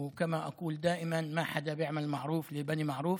כמו שאני תמיד אומר: אף אחד לא עושה טובה לדרוזים.)